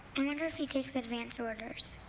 i wonder if he takes advance orders.